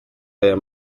aya